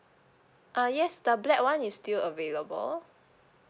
uh yes the black one is still available